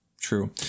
true